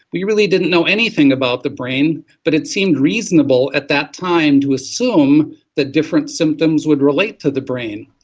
we really didn't know anything about the brain, but it seemed reasonable at that time to assume that different symptoms would relate to the brain.